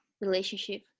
relationship